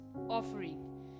offering